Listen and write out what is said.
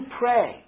pray